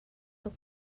tuk